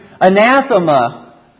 anathema